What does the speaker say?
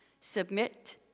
Submit